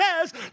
says